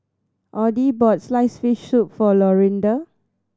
Audie bought sliced fish soup for Lorinda